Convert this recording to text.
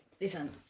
listen